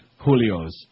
Julios